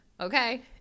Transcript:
Okay